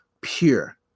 pure